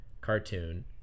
cartoon